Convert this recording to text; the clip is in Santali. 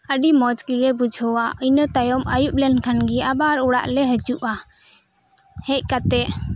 ᱟᱹᱰᱤ ᱢᱚᱸᱡᱽ ᱜᱤᱞᱮ ᱵᱩᱡᱷᱟᱹᱜᱼᱟ ᱤᱱᱟᱹ ᱛᱟᱭᱚᱢ ᱟᱭᱩᱵ ᱞᱮᱱ ᱠᱷᱟᱱ ᱜᱮ ᱟᱵᱟᱨ ᱚᱲᱟᱜ ᱞᱮ ᱦᱤᱡᱩᱜᱼᱟ ᱦᱮᱡ ᱠᱟᱛᱮᱫ